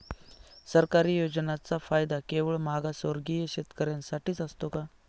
सरकारी योजनांचा फायदा केवळ मागासवर्गीय शेतकऱ्यांसाठीच असतो का?